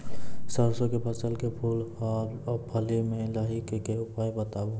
सरसों के फसल के फूल आ फली मे लाहीक के उपाय बताऊ?